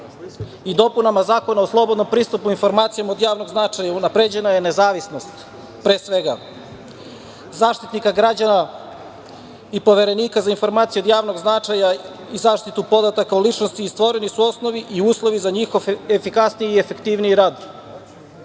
i dopunama Zakona o slobodnom pristupu informacijama od javnog značaja unapređena je nezavisnost, pre svega, Zaštitnika građana i Poverenika za informacije od javnog značaja i zaštitu podataka o ličnosti i stvoreni su osnovi i uslovi za njihov efikasniji i efektivniji rad. Gde